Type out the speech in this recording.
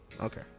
Okay